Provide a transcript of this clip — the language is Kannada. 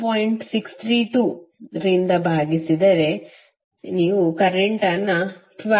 632 ರಿಂದ ಭಾಗಿಸಿದರೆ ನೀವು ಕರೆಂಟ್ ಅನ್ನು 12